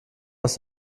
aus